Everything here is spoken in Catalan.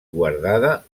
guardada